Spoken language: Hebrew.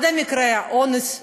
עד מקרי אונס,